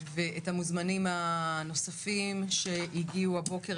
ואת המוזמנים הנוספים שהגיעו הבוקר